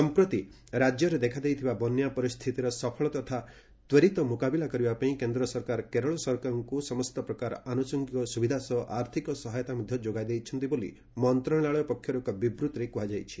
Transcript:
ସମ୍ପତି ରାଜ୍ୟରେ ଦେଖାଦେଇଥିବା ବନ୍ୟା ପରିସ୍ଥିତିର ସଫଳ ତଥା ତ୍ୱରିତ ମୁକାବିଲା କରିବା ପାଇଁ କେନ୍ଦ୍ର ସରକାର କେରଳ ସରକାରଙ୍କୁ ସମସ୍ତ ପ୍ରକାର ଆନୁଷଙ୍ଗିକ ସୁବିଧା ସହ ଆର୍ଥିକ ସହାୟତା ମଧ୍ୟ ଯୋଗାଇ ଦେଇଛନ୍ତି ବୋଲି ମନ୍ତ୍ରଣାଳୟ ପକ୍ଷରୁ ଏକ ବିବୃତ୍ତିରେ କୁହାଯାଇଛି